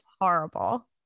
horrible